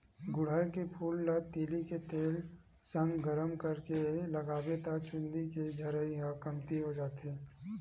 गुड़हल के फूल ल तिली के तेल संग गरम करके लगाबे त चूंदी के झरई ह कमती हो जाथे